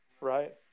right